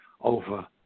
over